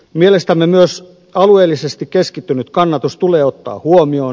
mielestämme myös alueellisesti keskittynyt kannatus tulee ottaa huomioon